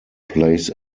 plays